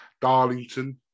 Darlington